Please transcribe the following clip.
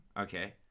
Okay